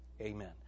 amen